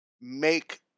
make